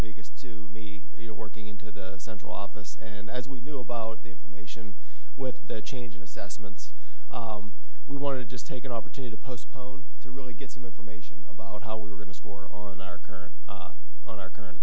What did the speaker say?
biggest to me you know working into the central office and as we knew about the information with the change in assessments we wanted to just take an opportunity postpone to really get some information about how we were going to score on our current on our current